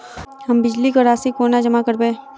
हम बिजली कऽ राशि कोना जमा करबै?